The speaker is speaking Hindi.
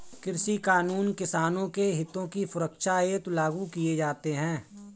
कृषि कानून किसानों के हितों की सुरक्षा हेतु लागू किए जाते हैं